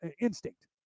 instinct